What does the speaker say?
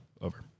Over